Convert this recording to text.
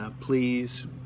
please